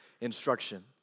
instruction